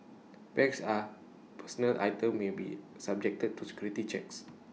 bags are personal items may be subjected to security checks